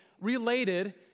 related